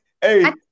hey